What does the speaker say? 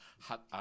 hat